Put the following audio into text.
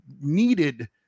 needed